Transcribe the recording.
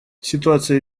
ситуация